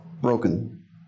broken